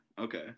Okay